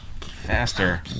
faster